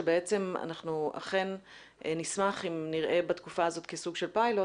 שאנחנו אכן נשמח אם נראה בתקופה הזאת כסוג של פיילוט